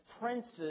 princes